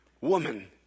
Woman